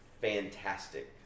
fantastic